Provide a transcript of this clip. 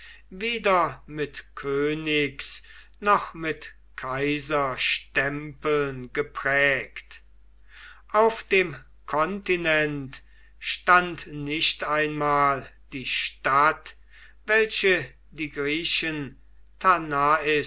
weder mit königs noch mit kaiserstempeln geprägt auf dem kontinent stand nicht einmal die stadt welche die griechen